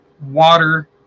water